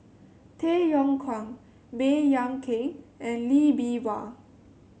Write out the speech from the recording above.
Tay Yong Kwang Baey Yam Keng and Lee Bee Wah